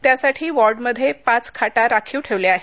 त्यासाठी वॉर्डमध्ये पाच खाटा राखीव ठेवल्या आहेत